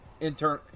internal